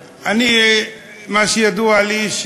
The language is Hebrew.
מה שידוע לי,